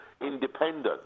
independent